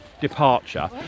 departure